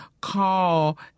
call